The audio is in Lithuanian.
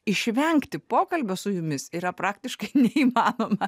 išvengti pokalbio su jumis yra praktiškai neįmanoma